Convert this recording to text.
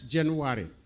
January